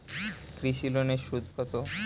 কৃষি লোনের সুদ কত?